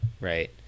right